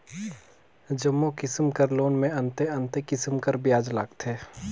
जम्मो किसिम कर लोन में अन्ते अन्ते किसिम कर बियाज लगथे